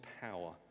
power